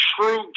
true